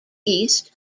east